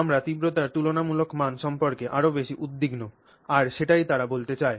আমরা তীব্রতার তুলনামূলক মান সম্পর্কে আরও বেশি উদ্বিগ্ন আর সেটাই তারা বলতে চায়